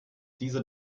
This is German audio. diese